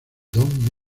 don